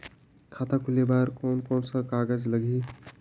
खाता खुले बार कोन कोन सा कागज़ लगही?